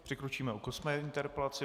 Přikročíme k osmé interpelaci.